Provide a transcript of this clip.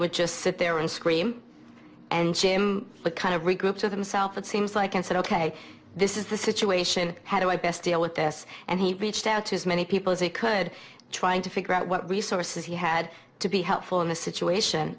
would just sit there and scream and the kind of regroup to themself it seems like and said ok this is the situation how do i best deal with this and he reached out as many people as he could trying to figure out what resources he had to be helpful in a situation